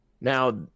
Now